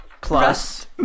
Plus